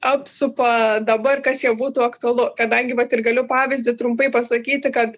apsupa dabar kas jiem būtų aktualu kadangi vat ir galiu pavyzdį trumpai pasakyti kad